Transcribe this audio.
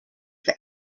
for